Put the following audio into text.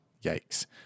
Yikes